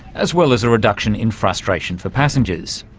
as well as a reduction in frustration for passengers.